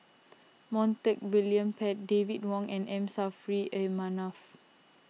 Montague William Pett David Wong and M Saffri A Manaf